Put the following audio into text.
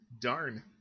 Darn